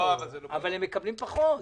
אבל הם מקבלים פחות.